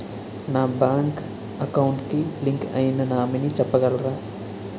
నా bank account కి link అయినా నామినీ చెప్పగలరా?